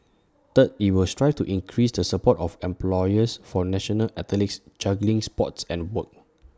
third IT will strive to increase the support of employers for national athletes juggling sports and work